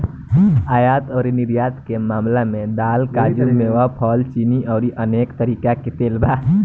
आयात अउरी निर्यात के मामला में दाल, काजू, मेवा, फल, चीनी अउरी अनेक तरीका के तेल बा